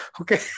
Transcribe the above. okay